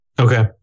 Okay